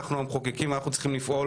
אנחנו המחוקקים אנחנו צריכים לפעול